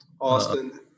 Austin